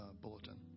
bulletin